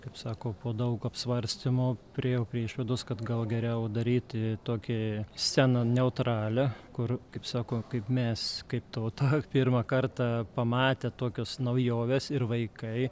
kaip sako po daug apsvarstymų priėjau prie išvados kad gal geriau daryti tokį sceną neutralią kur kaip sako kaip mes kaip tauta pirmą kartą pamatę tokios naujovės ir vaikai